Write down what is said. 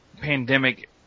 pandemic